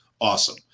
awesome